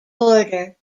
border